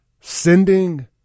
sending